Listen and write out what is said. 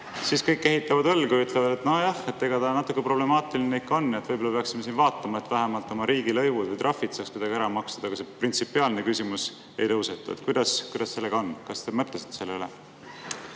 siis kõik kehitavad õlgu ja ütlevad, et nojah, eks ta natuke problemaatiline ikka on, võib-olla peaksime vaatama, et vähemalt oma riigilõivud ja trahvid saaks kuidagi ära makstud. Aga see printsipiaalne küsimus ei tõusetu. Kuidas sellega on? Kas te mõtlesite selle üle?